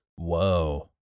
Whoa